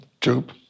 troop